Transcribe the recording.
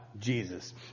Jesus